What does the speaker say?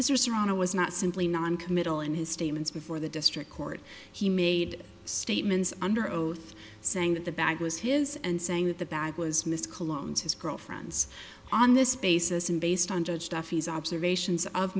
serrano was not simply noncommittal in his statements before the district court he made statements under oath saying that the bag was his and saying that the bag was miss colognes his girlfriend's on this basis and based on judge duffy's observations of